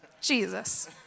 Jesus